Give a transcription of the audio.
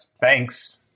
Thanks